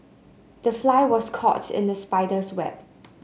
the fly was caught in the spider's web